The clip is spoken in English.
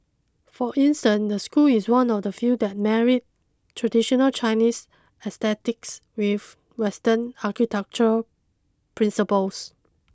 for instance the school is one of the few that married traditional Chinese aesthetics with western architectural principles